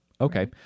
Okay